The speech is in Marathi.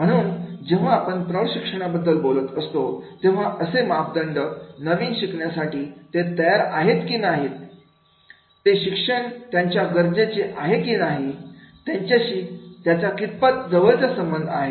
म्हणून जेव्हा आपण प्रौढ शिक्षणाबद्दल बोलत असतो तेव्हा असे मापदंड नवीन शिकण्यासाठी ते तयार आहेत की नाहीत ते शिक्षण त्यांच्या गरजेचे आहे की नाही त्याच्याशी त्यांचा कितपत जवळचा संबंध आहे